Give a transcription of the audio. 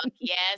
yes